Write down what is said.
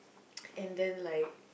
and then like